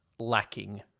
Lacking